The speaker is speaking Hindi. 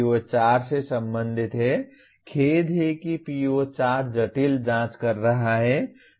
PO4 से संबंधित है खेद है कि PO4 जटिल जांच कर रहा है